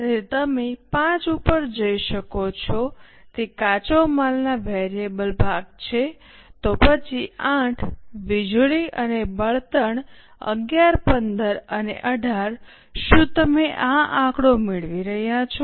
તેથી તમે 5 ઉપર જઈ શકો છો તે કાચો માલના વેરિયેબલ ભાગ છે તો પછી 8 વીજળી અને બળતણ 11 15 અને 18 શું તમે આ આંકડો મેળવી રહ્યા છો